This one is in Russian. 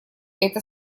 это